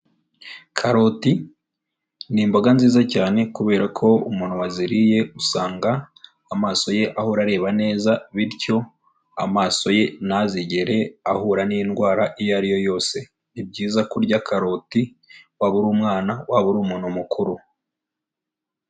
Karoti ni imboga nziza cyane kubera ko umuntu waziriye usanga amaso ye ahora areba neza bityo amaso ye ntazigere ahura n'indwara iyo ari yo yose, ni byiza kurya karoti waba uri umwana, waba uri umuntu mukuru.